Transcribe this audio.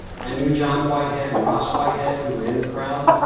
i knew john whitehead and ross whitehead, who were in the crowd.